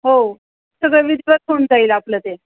हो सगळं विधिवत होऊन जाईल आपलं ते